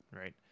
right